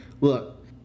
look